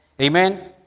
Amen